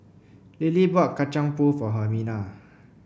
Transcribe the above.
Lilie bought Kacang Pool for Hermina